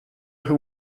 who